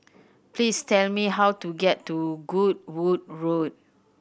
please tell me how to get to Goodwood Road